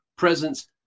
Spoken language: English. presence